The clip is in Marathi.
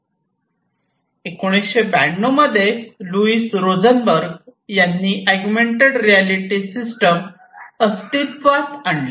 सन 1992 मध्ये लुईस रोजनबर्ग यांनी अगुमेन्टेड रियालिटी सिस्टम अस्तित्वात आणली